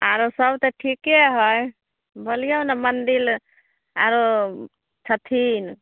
आरो सब तऽ ठीके हय बोलियौ ने मन्दिर आरो छथिन